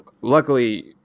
Luckily